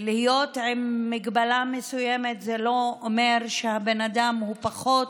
שלהיות עם מגבלה מסוימת זה לא אומר שהבן אדם הוא פחות